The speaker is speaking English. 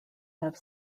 have